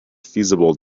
feasible